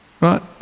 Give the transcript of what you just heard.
Right